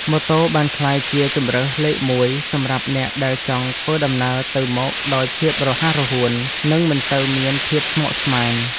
ម៉ូតូបានក្លាយជាជម្រើសលេខមួយសម្រាប់អ្នកដែលចង់ធ្វើដំណើរទៅមកដោយភាពរហ័សរហួននិងមិនសូវមានភាពស្មុគស្មាញ។